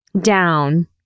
down